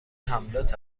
هملت